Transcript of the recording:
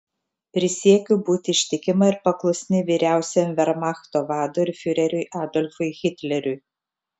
prisiekiu būti ištikima ir paklusni vyriausiajam vermachto vadui ir fiureriui adolfui hitleriui